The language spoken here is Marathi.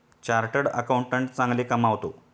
चार्टर्ड अकाउंटंट चांगले कमावतो